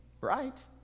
right